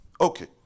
Okay